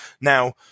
Now